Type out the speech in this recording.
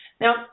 now